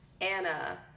Anna